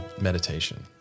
meditation